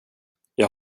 jag